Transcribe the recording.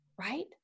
right